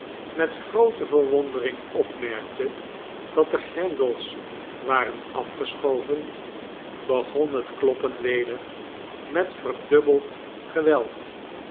met groote verwondering opmerkte dat de grendels waren afgeschoven begon het kloppen weder met verdubbeld geweld